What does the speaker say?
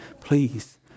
Please